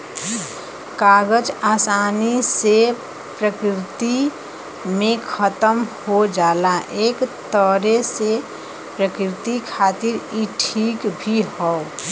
कागज आसानी से प्रकृति में खतम हो जाला एक तरे से प्रकृति खातिर इ ठीक भी हौ